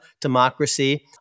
democracy